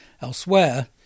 elsewhere